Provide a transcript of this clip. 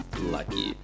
lucky